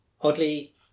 Oddly